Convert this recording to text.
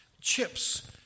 chips